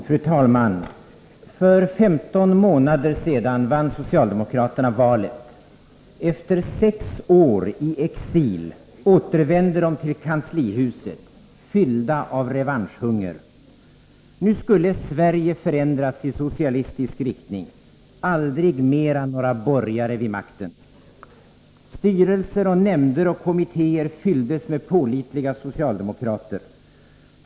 Fru talman! För 15 månader sedan vann socialdemokraterna valet. Efter sex år i exil återvände de till kanslihuset, fyllda av revanschunger. Nu skulle Sverige förändras i socialistisk riktning — aldrig mera några borgare vid makten. Styrelser, nämnder och kommittéer fylldes med pålitliga socialdemokrater.